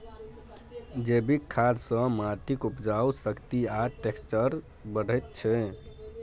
जैबिक खाद सँ माटिक उपजाउ शक्ति आ टैक्सचर बढ़ैत छै